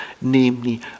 namely